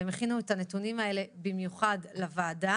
הם הכינו את הנתונים האלה במיוחד לוועדה.